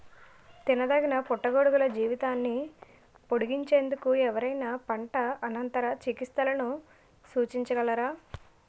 తినదగిన పుట్టగొడుగుల జీవితాన్ని పొడిగించేందుకు ఎవరైనా పంట అనంతర చికిత్సలను సూచించగలరా?